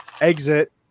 exit